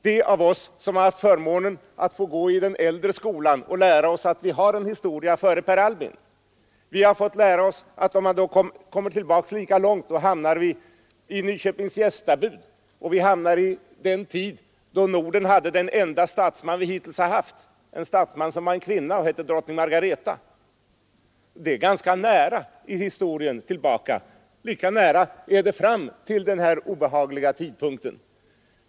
De av oss som haft förmånen att få gå i den äldre skolan och lära oss att vi har en historia före Per Albin, vi har fått lära oss att om man går tillbaka lika långt, hamnar vi vid Nyköpings gästabud och den tid då Norden hade den enda statsman vi hittills har haft, en statsman som var en kvinna och hette drottning Margareta. Det är ganska nära tillbaka i historien. Lika nära är det fram till den här obehagliga tidpunkten.